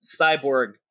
cyborg